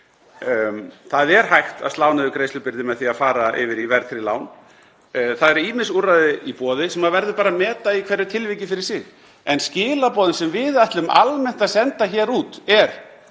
það er hægt að slá niður greiðslubyrði með því að fara yfir í verðtryggð lán, það eru ýmis úrræði í boði sem verður bara að meta í hverju tilviki fyrir sig. En skilaboðin sem við ætlum almennt að senda hér út eru